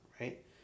right